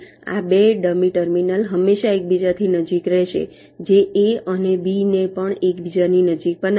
આ 2 dummy terminal હંમેશા એકબીજાની નજીક રહેશે જે A અને B ને પણ એકબીજાની નજીક બનાવશે